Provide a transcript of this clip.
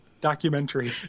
documentary